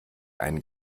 einen